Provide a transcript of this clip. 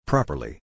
Properly